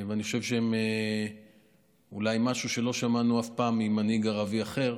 אני חושב שהם משהו שלא שמענו אולי אף פעם ממנהיג ערבי אחר,